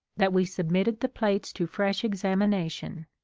that we submitted the plates to fresh examination,